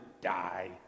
die